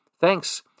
Thanks